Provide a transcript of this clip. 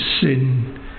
sin